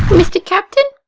mr. captain?